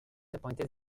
appointed